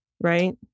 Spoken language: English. right